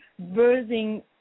birthing